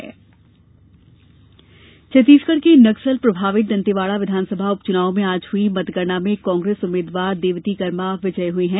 उपच्नाव परिणाम छत्तीसगढ़ के नक्सल प्रभावित दंतेवाड़ा विधानसभा उपचुनाव में आज हुई मतगणना में कांग्रेस उम्मीदवार देवती कर्मा विजयी हुई हैं